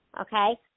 Okay